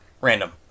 random